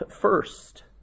first